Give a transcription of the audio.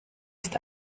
ist